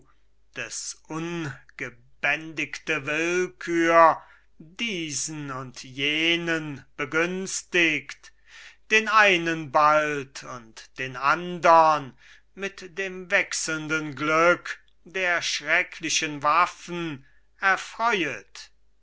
deß ungebändigte willkür diesen und jenen begünstigt den einen bald und den andern mit dem wechselnden glück der schrecklichen waffen erfreuet